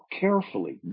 carefully